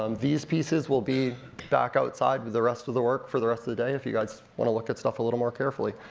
um these pieces will be back outside with the rest of the work for the rest of the day, if you guys wanna look at stuff a little more carefully.